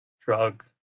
Drug